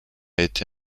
été